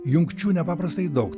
jungčių nepaprastai daug